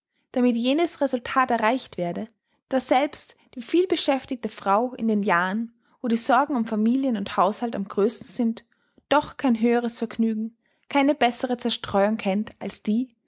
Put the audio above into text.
damit jenes resultat erreicht werde daß selbst die vielbeschäftigte frau in den jahren wo die sorgen um familien und haushalt am größten sind doch kein höheres vergnügen keine bessere zerstreuung kennt als die